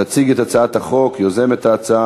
תציג את הצעת החוק יוזמת ההצעה,